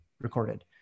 recorded